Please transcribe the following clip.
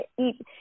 eat